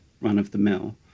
run-of-the-mill